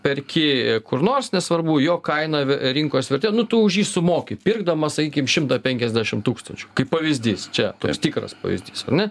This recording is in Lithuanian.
perki kur nors nesvarbu jo kaina rinkos vertė nu tu už jį sumoki pirkdamas sakykim šimtą penkiasdešim tūkstančių kaip pavyzdys čia tikras pavyzdys ar ne